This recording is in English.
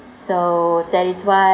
so that is why